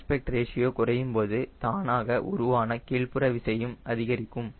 aspect ratio குறையும்போது தானாக உருவான கீழ்ப்புறவிசையும் அதிகரிக்கும்